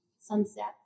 sunset